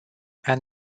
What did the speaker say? and